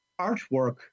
artwork